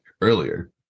earlier